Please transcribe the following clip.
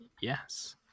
Yes